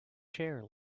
chair